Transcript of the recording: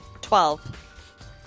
Twelve